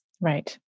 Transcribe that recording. Right